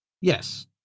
Yes